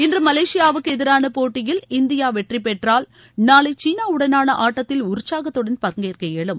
இன்று மலேசியாவுக்கு எதிரான போட்டியில் இந்தியா வெற்றி பெற்றால் நாளை சீனா உடனான ஆட்டத்தில் உற்சாகத்துடன் பங்கேற்க இயலும்